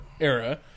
era